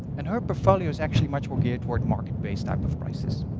and her portfolio is actually much more geared toward market-based type of prices.